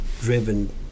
driven